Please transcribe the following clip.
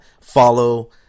follow